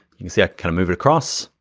you can see i kind of move it across,